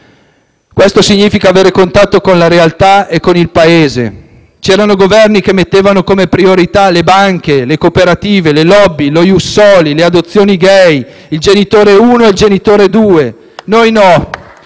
questo significa avere contatto con la realtà e con il Paese, mentre c'erano Governi che mettevano come priorità le banche, le cooperative, le *lobby*, lo *ius soli*, le adozioni *gay*, il genitore 1 e il genitore 2. Noi no.